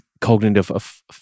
cognitive